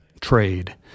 trade